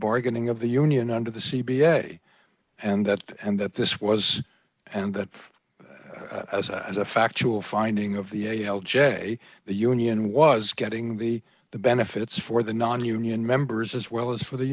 bargaining of the union under the c b s a and that and that this was and that as as a factual finding of the a l j the union was getting the the benefits for the nonunion members as well as for the